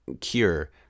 cure